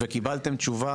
קיבלנו תשובה,